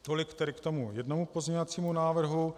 Tolik tedy k tomu jednomu pozměňovacímu návrhu.